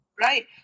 right